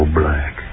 black